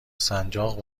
سنجاق